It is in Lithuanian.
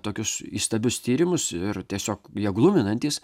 tokius įstabius tyrimus ir tiesiog jie gluminantys